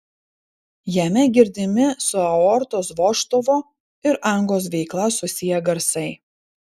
jame girdimi su aortos vožtuvo ir angos veikla susiję garsai